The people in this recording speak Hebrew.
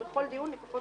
ובכל דיון לפחות